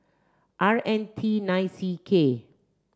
R N T nine C K